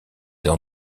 dans